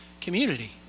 community